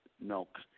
milk